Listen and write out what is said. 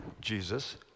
Jesus